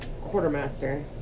quartermaster